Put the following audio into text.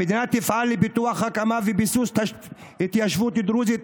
המדינה תפעל לפיתוח, הקמה וביסוס התיישבות דרוזית.